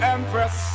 Empress